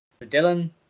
Dylan